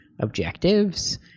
objectives